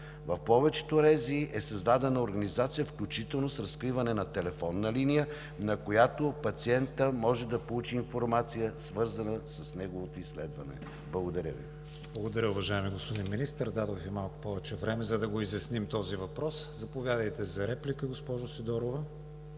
В повечето РЗИ-та е създадена организация, включително с разкриване на телефонна линия, на която пациентът може да получи информация, свързана с неговото изследване. Благодаря Ви. ПРЕДСЕДАТЕЛ КРИСТИАН ВИГЕНИН: Уважаеми господин Министър, дадох Ви малко повече време, за да изясним този въпрос. Заповядайте за реплика, госпожо Сидорова.